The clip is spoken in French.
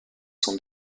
son